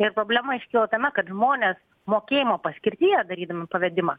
ir problema iškilo tame kad žmonės mokėjimo paskirtyje darydami pavedimą